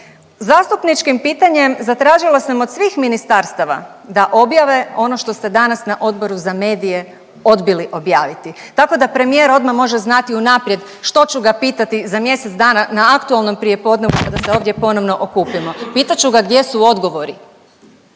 zastupničkim pitanjem zatražila sam od svih ministarstava da objave ono što ste danas na Odboru za medije odbili objavit, tako da premijer odma može znati unaprijed što ću ga pitati za mjesec dana na aktualnom prijepodnevu kada se ovdje ponovno okupimo, pitat ću ga gdje su odgovori.